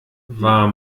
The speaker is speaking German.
war